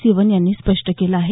सिवन यांनी स्पष्ट केलं आहे